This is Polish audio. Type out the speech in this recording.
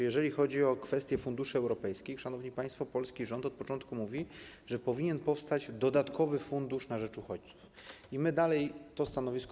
Jeżeli chodzi o kwestię funduszy europejskich, szanowni państwo, to polski rząd od początku mówi, że powinien powstać dodatkowy fundusz na rzecz uchodźców, i my nadal prezentujemy to stanowisko.